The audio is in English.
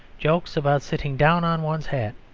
jokes about sitting down on one's hat.